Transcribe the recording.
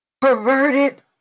perverted